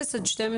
אפס עד 12,